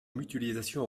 mutualisation